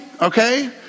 Okay